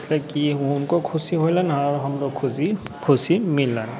मतलब कि हुनको खुशी होलन आओर हमरो खुशी मिलल